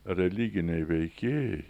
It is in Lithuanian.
religiniai veikėjai